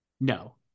No